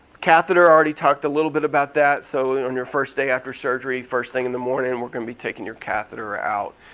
catheter, i already talked a little bit about that. so on your first day after surgery, first thing in the morning, we're gonna be taking your catheter out.